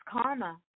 karma